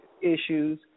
issues